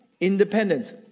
independence